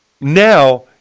Now